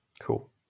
Cool